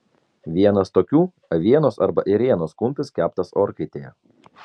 vienas tokių avienos arba ėrienos kumpis keptas orkaitėje